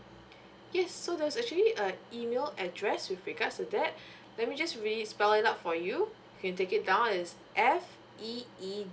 yes so there's actually a email address with regards to that let me just really spell it out for you you can take it down is f e e